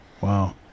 Wow